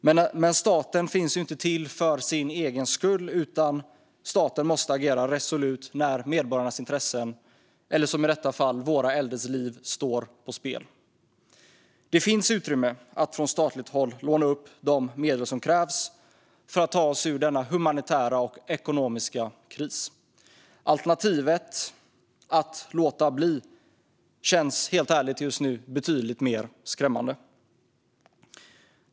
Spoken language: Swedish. Men staten finns inte till för sin egen skull, utan staten måste agera resolut när medborgarnas intressen, eller som i detta fall våra äldres liv, står på spel. Det finns utrymme att från statligt håll låna upp de medel som krävs för att ta oss ur denna humanitära och ekonomiska kris. Alternativet, att låta bli, känns helt ärligt just nu betydligt mycket mer skrämmande.